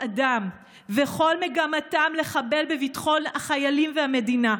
אדם וכל מגמתם לחבל בביטחון החיילים והמדינה.